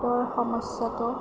ৰ সমস্য়াটো